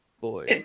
boy